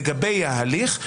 לגבי ההליך,